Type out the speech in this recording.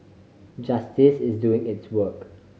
justice is doing its work